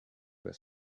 with